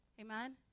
Amen